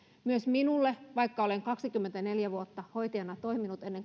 myös minulle vaikka olen kaksikymmentäneljä vuotta hoitajana toiminut ennen